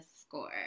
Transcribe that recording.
Score